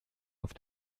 auf